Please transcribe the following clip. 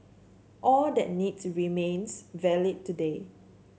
all that need to remains valid today